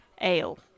ale